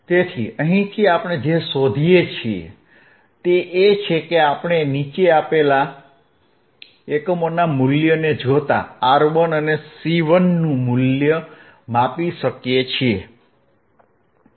તેથી અહીંથી આપણે જે શોધીએ છીએ તે એ છે કે આપણે નીચે આપેલા એકમોના મૂલ્યોને જોતા R1 અને C1 નું મૂલ્ય માપી શકીએ છીએ